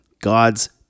God's